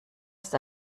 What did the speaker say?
ist